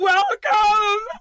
Welcome